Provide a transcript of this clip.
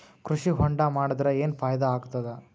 ಕೃಷಿ ಹೊಂಡಾ ಮಾಡದರ ಏನ್ ಫಾಯಿದಾ ಆಗತದ?